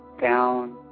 down